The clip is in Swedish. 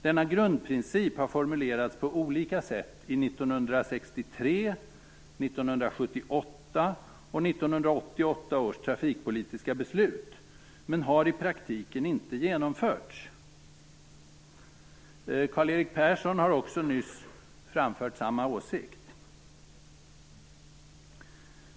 Denna grundprincip har formulerats på olika sätt i 1963, 1978 och 1988 års trafikpolitiska beslut, men har i praktiken inte genomförts. Karl-Erik Persson har också nyss framfört samma åsikt.